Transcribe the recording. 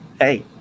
hey